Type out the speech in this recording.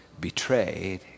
betrayed